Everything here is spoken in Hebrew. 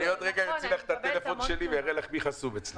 אני עוד רגע אוציא לך את הטלפון שלי ואראה לך מי חסום אצלי.